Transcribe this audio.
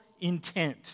intent